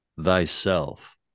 thyself